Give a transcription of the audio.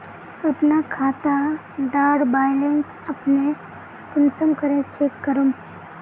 अपना खाता डार बैलेंस अपने कुंसम करे चेक करूम?